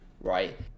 right